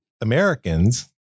Americans